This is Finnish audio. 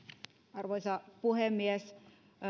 arvoisa puhemies